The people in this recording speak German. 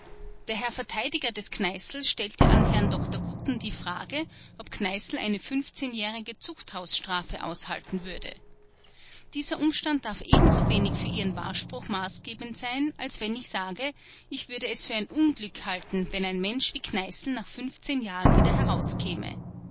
der herr verteidiger des kneißl stellte an herrn dr gutten die frage ob kneißl eine jährige zuchthausstrafe aushalten würde dieser umstand darf ebensowenig für ihren wahrspruch maßgebend sein als wenn ich sage ich würde es für ein unglück halten wenn ein mensch wie kneißl nach jahren wieder herauskäme